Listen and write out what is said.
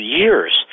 years